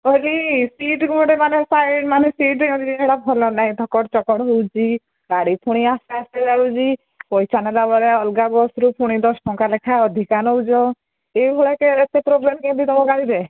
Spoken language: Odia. କହିଲି ସିଟ୍ ଗୋଟେ ମାନେ ସାଇଡ୍ ମାନେ ସିଟ୍ ସେଟା ଭଲ ନାହିଁ ଧକଡ଼ ଚକଡ଼ ହେଉଛି ଗାଡ଼ି ଫୁଣି ଆସ୍ତେ ଆସ୍ତେ ଯାଉଛି ପଇସା ନେଲା ବେଳେ ଅଲଗା ବସରୁ ପୁଣି ଦଶ ଟଙ୍କା ଲେଖା ଅଧିକା ନେଉଛ ଏଇଭଳିଆ ଏତେ ପ୍ରୋବ୍ଲେମ କେମିତି ତୁମ ଗାଡ଼ିରେ